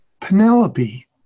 Penelope